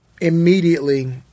Immediately